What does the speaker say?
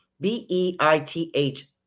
B-E-I-T-H